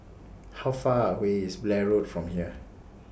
How Far away IS Blair Road from here